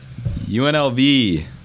UNLV